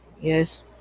Yes